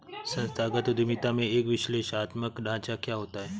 संस्थागत उद्यमिता में एक विश्लेषणात्मक ढांचा क्या होता है?